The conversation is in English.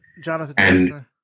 Jonathan